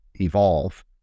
evolve